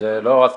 זו לא הסכמה.